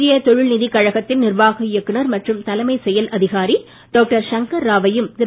இந்திய தொழில் நிதிக் கழகத்தின் நிர்வாக இயக்குநர் மற்றும் தலைமை செயல் அதிகாரி டாக்டர் சங்கர் ராவையும் திரு